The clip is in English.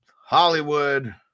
hollywood